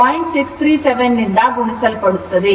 637 ನಿಂದ ಗುಣಿಸಲ್ಪಡುತ್ತದೆ